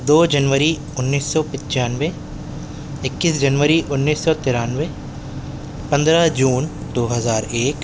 دو جنوری انیس سو پنچانوے اکیس جنوری انیس سو ترانوے پندرہ جون دو ہزار ایک